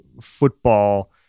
football